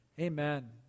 Amen